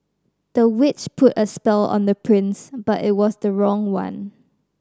the witch put a spell on the prince but it was the wrong one